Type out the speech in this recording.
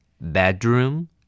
bedroom